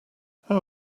how